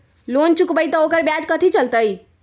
Loan चुकबई त ओकर ब्याज कथि चलतई?